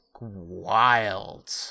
wild